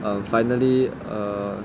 um finally err